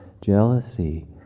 jealousy